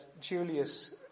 Julius